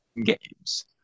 games